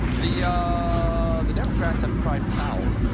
the ah the democrats have cried foul,